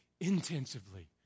Intensively